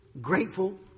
grateful